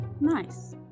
nice